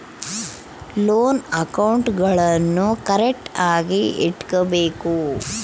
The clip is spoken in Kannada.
ಲೋನ್ ಅಕೌಂಟ್ಗುಳ್ನೂ ಕರೆಕ್ಟ್ಆಗಿ ಇಟಗಬೇಕು